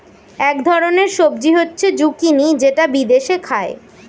এক ধরনের সবজি হচ্ছে জুকিনি যেটা বিদেশে খায়